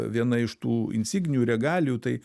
viena iš tų insignijų regalijų tai